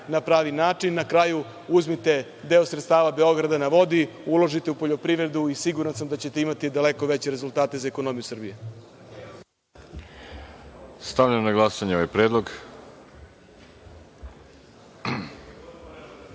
na pravi način. Na kraju, uzmite deo sredstava „Beograda na vodi“, uložite u poljoprivredu i siguran sam da ćete imati daleko veće rezultate iz ekonomije u Srbiji. **Veroljub Arsić** Stavljam na glasanje ovaj